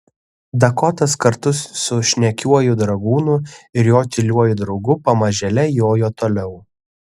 dakotas kartu su šnekiuoju dragūnu ir jo tyliuoju draugu pamažėle jojo toliau